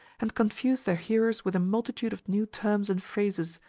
and confused their hearers with a multitude of new terms and phrases,